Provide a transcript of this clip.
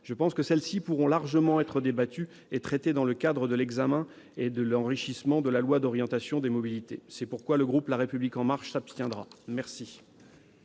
je pense que celles-ci pourront largement être débattues et traitées dans le cadre de l'examen et de l'enrichissement de la loi d'orientation des mobilités. C'est pourquoi le groupe La République En Marche s'abstiendra. La